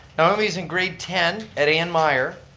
naomi's in grade ten at ann meyer.